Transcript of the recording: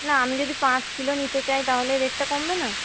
না আমি যদি পাঁচ কিলো নিতে চাই তাহলে রেটটা কমবে না